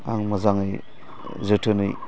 आं मोजाङै जोथोनै